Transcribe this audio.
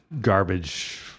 garbage